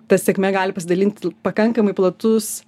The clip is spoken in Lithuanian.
ta sėkme gali pasidalinti pakankamai platus